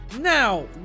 Now